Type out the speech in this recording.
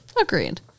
Agreed